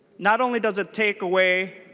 not only does it take away